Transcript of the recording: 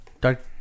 Dark